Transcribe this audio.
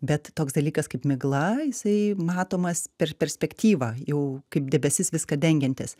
bet toks dalykas kaip migla jisai matomas per perspektyvą jau kaip debesis viską dengiantis